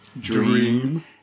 Dream